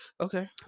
Okay